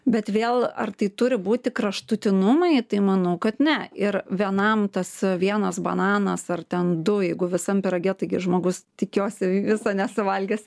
bet vėl ar tai turi būti kraštutinumai tai manau kad ne ir vienam tas vienas bananas ar ten du jeigu visam pyrage taigi žmogus tikiuosi viso nesuvalgys